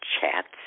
chats